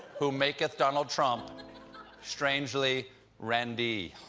who maketh donald trump strangely randy.